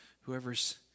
whoever's